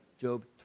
job